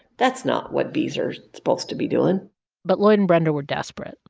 that's not what bees are supposed to be doing but lloyd and brenda were desperate.